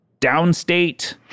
downstate